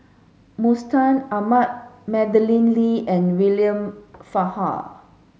Mustaq Ahmad Madeleine Lee and William Farquhar